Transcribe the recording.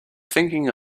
thinking